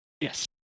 Yes